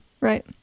Right